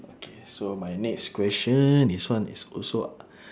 okay so my next question this one is also